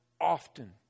often